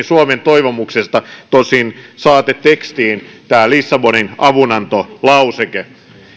suomen toivomuksesta tosin saatetekstiin lissabonin avunantolauseke